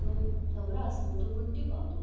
जो नवरा असतो तो मृत्यू पावतो